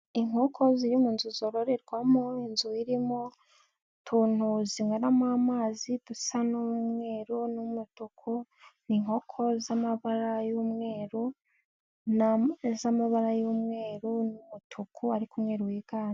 Inkoko ziri mu nzu zororerwamo, inzu irimo utuntu zinyweramo amazi dusa n'umweru n'umutuku, ni inkoko z'amabara y'umweru n'umutuku ariko umweru wiganje.